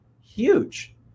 huge